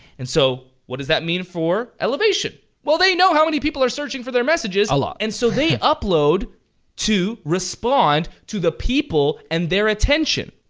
and so, what does that mean for elevation? well they know how many people are searching for their messages. a lot. and so they upload to respond to the people and their attention.